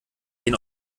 den